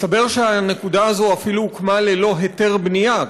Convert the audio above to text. מסתבר שהנקודה הזאת אפילו הוקמה ללא היתר בנייה,